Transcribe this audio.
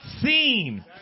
seen